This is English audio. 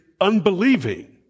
unbelieving